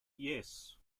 yes